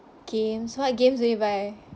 games what games do you buy